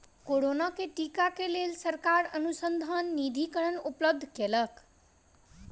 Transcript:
corona के टीका क लेल सरकार अनुसन्धान निधिकरण उपलब्ध कयलक